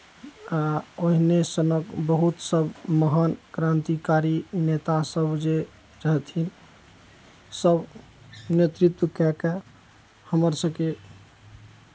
आ ओहिने सनक बहुत सभ महान क्रान्तिकारी नेतासभ जे रहथिन सभ नेतृत्व कए कऽ हमर सभकेँ